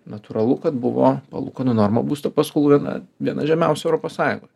natūralu kad buvo palūkanų norma būsto paskolų na viena žemiausių europos sąjungoj